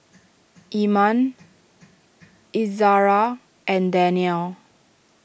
Iman Izzara and Daniel